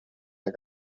der